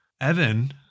Evan